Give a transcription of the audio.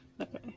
okay